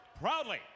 proudly